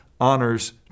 honors